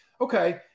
Okay